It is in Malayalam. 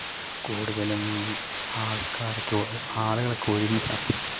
കൂടുതലും ഈ ആൾക്കാരൊക്കെ ആളുകളൊക്കെ ഒഴിഞ്ഞ